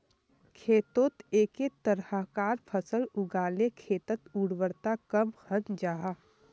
खेतोत एके तरह्कार फसल लगाले खेटर उर्वरता कम हन जाहा